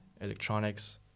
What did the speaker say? electronics